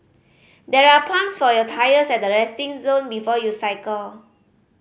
there are pumps for your tyres at the resting zone before you cycle